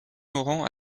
laurent